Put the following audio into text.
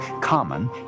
common